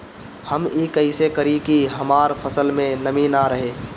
हम ई कइसे करी की हमार फसल में नमी ना रहे?